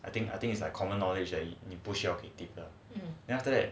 I think I think it's like common knowledge 你不需要给 tip then after that